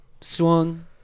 swung